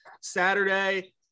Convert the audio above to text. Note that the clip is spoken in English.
Saturday